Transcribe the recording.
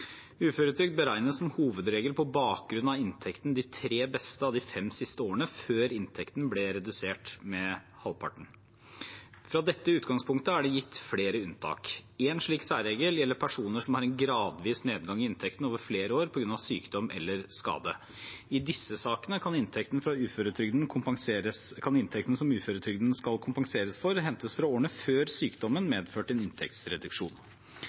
Uføretrygd beregnes som hovedregel på bakgrunn av inntekten de tre beste av de fem siste årene, før inntekten ble redusert med halvparten. Fra dette utgangspunktet er det gitt flere unntak. En slik særregel gjelder personer som har en gradvis nedgang i inntekten over flere år på grunn av sykdom eller skade. I disse sakene kan inntekten som uføretrygden skal kompensere for, hentes fra årene før sykdommen medførte en inntektsreduksjon.